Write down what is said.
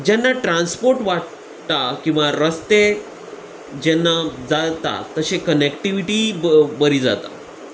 जेन्ना ट्रानसपोर्ट वाडटा किंवां रस्ते जेन्ना जाता तशे कनेॅक्टिविटी बरी जाता